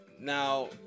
Now